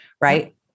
right